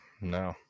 No